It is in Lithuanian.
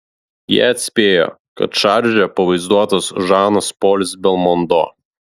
jie atspėjo kad šarže pavaizduotas žanas polis belmondo